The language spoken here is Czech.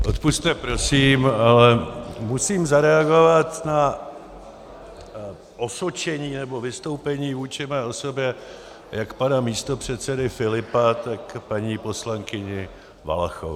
Odpusťte prosím, ale musím zareagovat na osočení nebo vystoupení vůči mé osobě jak pana místopředsedy Filipa, tak paní poslankyně Valachové.